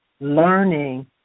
learning